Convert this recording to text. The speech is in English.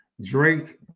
Drake